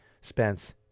Spence